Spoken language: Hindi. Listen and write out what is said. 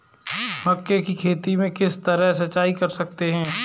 मक्के की खेती में किस तरह सिंचाई कर सकते हैं?